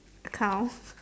cow